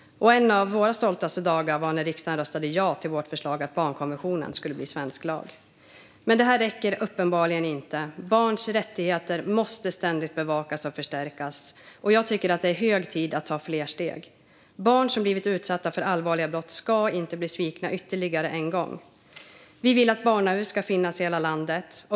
En av våra stoltaste dagar var när riksdagen röstade ja till vårt förslag att barnkonventionen skulle bli svensk lag. Men detta räcker uppenbarligen inte. Barns rättigheter måste ständigt bevakas och förstärkas. Jag tycker att det är hög tid att ta fler steg. Barn som blivit utsatta för allvarliga brott ska inte bli svikna ytterligare en gång. Vi vill att barnahus ska finnas i hela landet.